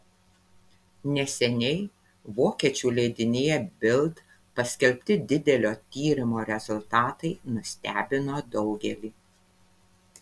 neseniai vokiečių leidinyje bild paskelbti didelio tyrimo rezultatai nustebino daugelį